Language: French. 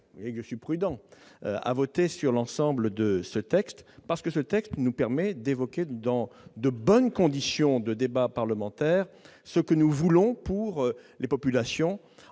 je suis prudent -, à voter l'ensemble de ce texte, qui nous permet d'évoquer dans de bonnes conditions de débat parlementaire ce que nous voulons pour les populations,